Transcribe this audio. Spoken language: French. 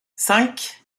cinq